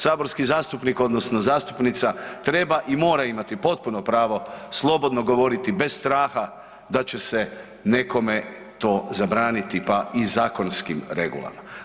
Saborski zastupnik odnosno zastupnica treba i mora imati potpuno pravo slobodno govoriti bez straha da će se nekome to zabraniti, pa i zakonskim regulama.